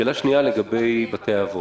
שאלה שנייה היא לגבי בתי אבות.